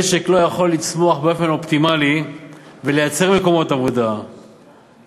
משק לא יכול לצמוח באופן אופטימלי ולייצר מקומות עבודה ולהתחרות